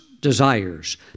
desires